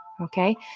Okay